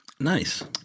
Nice